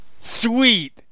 Sweet